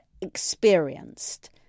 experienced